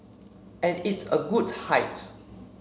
and it's a good height